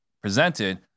presented